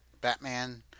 Batman